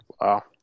Wow